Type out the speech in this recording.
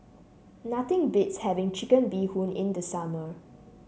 nothing beats having Chicken Bee Hoon in the summer